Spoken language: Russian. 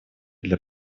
для